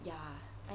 ya